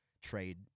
trade